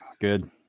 Good